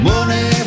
Money